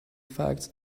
facts